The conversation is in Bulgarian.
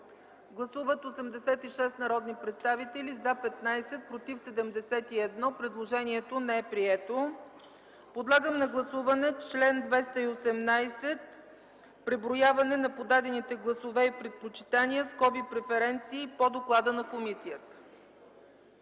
Гласували 86 народни представители: за 15, против 71, въздържали се няма. Предложението не е прието. Подлагам на гласуване чл. 218 „Преброяване на подадените гласове и предпочитания (преференции)” по доклада на комисията.